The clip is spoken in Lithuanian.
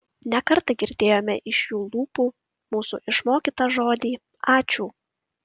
ne kartą girdėjome iš jų lūpų mūsų išmokytą žodį ačiū